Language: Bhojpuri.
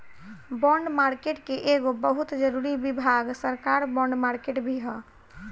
बॉन्ड मार्केट के एगो बहुत जरूरी विभाग सरकार बॉन्ड मार्केट भी ह